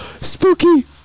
Spooky